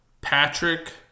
Patrick